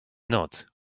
not